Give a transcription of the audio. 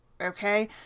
Okay